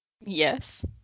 Yes